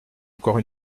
encore